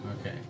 okay